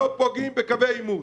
לא פוגעים בקווי עימות.